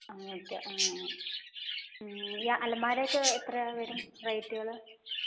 ആ ഓക്കെ ആ ഈ അലമാരയൊക്കെ എത്ര വരും റേറ്റുകൾ